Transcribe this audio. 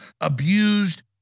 abused